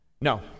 No